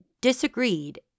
disagreed